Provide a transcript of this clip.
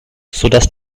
sodass